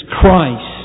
Christ